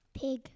Pig